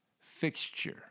fixture